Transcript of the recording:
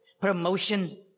promotion